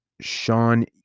Sean